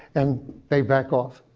and they back off.